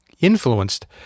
influenced